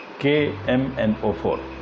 KMNO4